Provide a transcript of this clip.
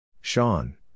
Sean